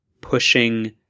pushing